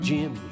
Jim